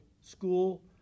school